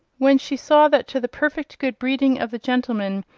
when she saw that to the perfect good-breeding of the gentleman,